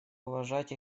уважать